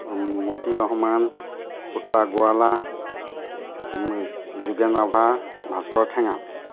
Moti Rahman Putla Gowala Jogen Rabha Bhaskar Thengal